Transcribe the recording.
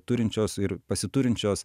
turinčios ir pasiturinčios